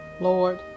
Lord